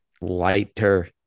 lighter